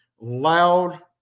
loud